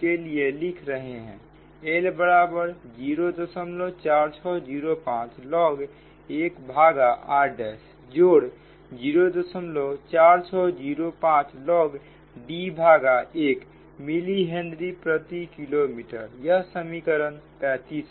के लिए लिख रहे हैं L बराबर 04605 log 1 भागा r' जोड़ 04605 log D भागा 1 मिली हेनरी प्रति किलोमीटर यह समीकरण 35 है